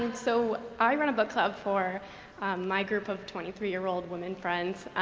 and so i run a book club for my group of twenty three year old women friends.